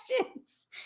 questions